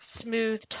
smooth